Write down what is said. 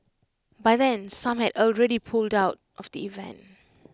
by then some had already pulled out of the event